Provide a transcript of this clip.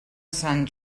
sant